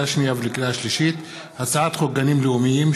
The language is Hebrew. לקריאה שנייה ולקריאה שלישית הצעת חוק גנים לאומיים,